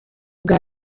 bwa